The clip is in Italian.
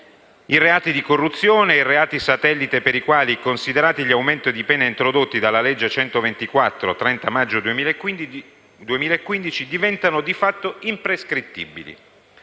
i reati di corruzione e i reati satellite, considerati gli aumenti di pena introdotti dalla legge n. 124 del 30 maggio 2015, diventano di fatto imprescrittibili.